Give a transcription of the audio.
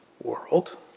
world